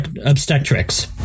obstetrics